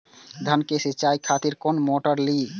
धान के सीचाई खातिर कोन मोटर ली?